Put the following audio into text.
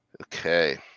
Okay